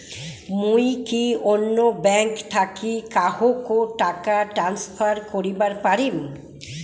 মুই কি অন্য ব্যাঙ্ক থাকি কাহকো টাকা ট্রান্সফার করিবার পারিম?